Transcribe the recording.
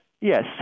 yes